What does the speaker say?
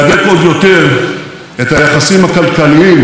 מעצמת ענק זו של מיליארד ורבע בני אדם.